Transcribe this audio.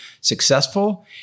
successful